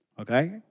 okay